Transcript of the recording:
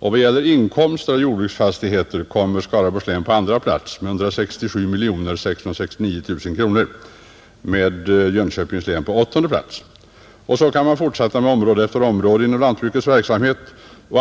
I vad gäller inkomster av jordbruksfastigheter kommer Skaraborgs län på andra plats med 167 669 000 kronor, medan Jönköpings län ligger på åttonde plats. Så kan man fortsätta med område efter område inom lantbruket.